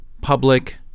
public